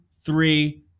three